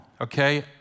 okay